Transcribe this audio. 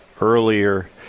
earlier